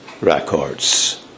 records